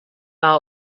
out